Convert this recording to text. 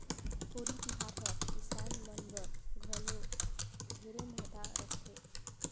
होरी तिहार हर किसान मन बर घलो ढेरे महत्ता रखथे